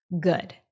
good